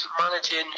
managing